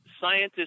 scientists